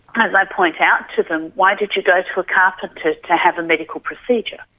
as i point out to them why did you go to a carpenter to to have a medical procedure?